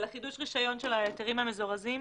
על חידוש הרישיון של ההיתרים המזורזים?